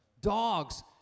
Dogs